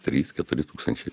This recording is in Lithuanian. trys keturi tūkstančiai